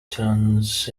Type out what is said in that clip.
turns